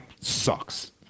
sucks